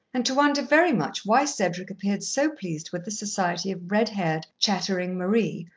and to wonder very much why cedric appeared so pleased with the society of red-haired, chattering marie,